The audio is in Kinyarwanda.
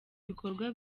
ibikorwa